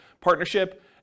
partnership